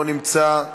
לא נמצא.